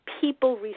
people